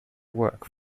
work